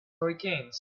hurricanes